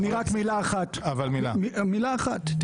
מילה אחת.